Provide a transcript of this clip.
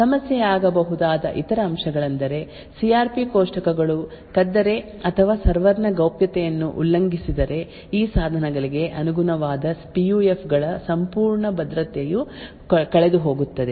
ಸಮಸ್ಯೆಯಾಗಬಹುದಾದ ಇತರ ಅಂಶಗಳೆಂದರೆ C R P ಕೋಷ್ಟಕಗಳು ಕದ್ದರೆ ಅಥವಾ ಸರ್ವರ್ನ ಗೌಪ್ಯತೆಯನ್ನು ಉಲ್ಲಂಘಿಸಿದರೆ ಈ ಸಾಧನಗಳಿಗೆ ಅನುಗುಣವಾದ ಪಿ ಯು ಎಫ್ ಗಳ ಸಂಪೂರ್ಣ ಭದ್ರತೆಯು ಕಳೆದುಹೋಗುತ್ತದೆ